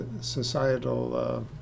societal